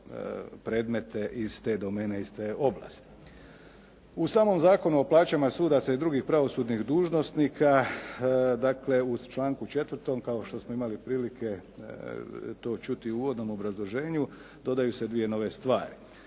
predmete iz te domene, iz te oblasti. U samom Zakonu o plaćama sudaca i drugih pravosudnih dužnosnika, dakle u članku 4. kao što smo imali i prilike to čuti u uvodnom obrazloženju, dodaju se dvije nove stvari.